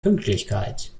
pünktlichkeit